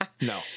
No